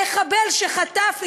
המחבל שחטף,